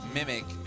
Mimic